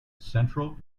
central